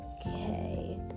okay